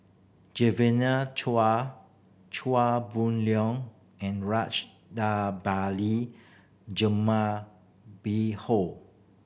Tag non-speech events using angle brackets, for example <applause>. <unintelligible> Chua Chua Boon Leong and <unintelligible> Jumabhoy